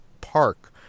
park